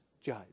judge